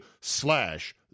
slash